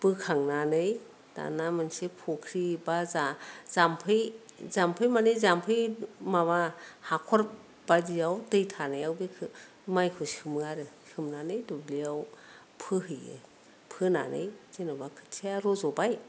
बोखांनानै दाना मोनसे फख्रि बा जामफै माने जामफै माबा हाखर बायदियाव दै थानायाव माइखौ सोमो आरो सोमनानै दुब्लियाव फोहैयो फोनानै जेनेबा खोथियाया रज'बाय